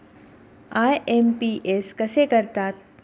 IMPS कसे करतात?